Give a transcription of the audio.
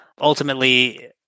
Ultimately